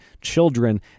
children